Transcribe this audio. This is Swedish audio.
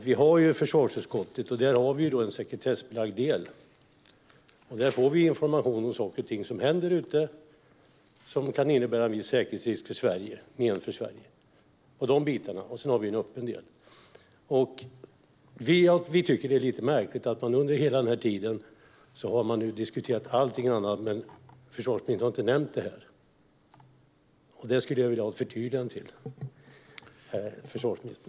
I försvarsutskottet har vi en sekretessbelagd del där vi får information om saker och ting som händer ute och som kan innebära en viss säkerhetsrisk för Sverige, och sedan har vi en öppen del. Vi tycker att det är lite märkligt att man under hela den här tiden har diskuterat allting annat men att försvarsministern inte har nämnt det här. Jag skulle vilja ha ett förtydligande angående det.